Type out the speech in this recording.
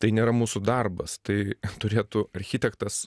tai nėra mūsų darbas tai turėtų architektas